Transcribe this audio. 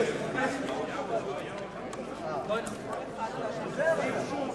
את הצעת חוק להנצחת זכרו של רחבעם זאבי (תיקון,